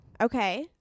Okay